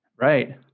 Right